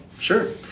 Sure